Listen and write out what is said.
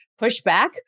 pushback